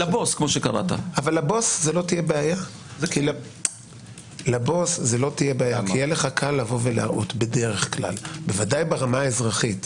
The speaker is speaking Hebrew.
לבוס זה לא תהיה בעיה כי יהיה לך קל להראות בדרך כלל ודאי ברמה האזרחית,